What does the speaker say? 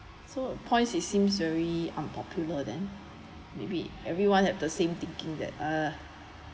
so points it seems very unpopular then maybe everyone have the same thinking that uh